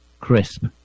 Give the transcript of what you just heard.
crisp